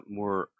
more